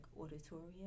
Auditorium